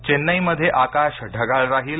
चेन्नई मध्ये आकाश ढगाळ राहील